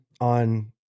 on